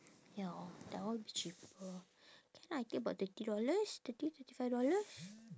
ya that one cheaper K lah I think about thirty dollars thirty thirty five dollars